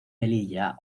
melilla